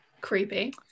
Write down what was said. Creepy